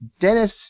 Dennis